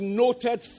noted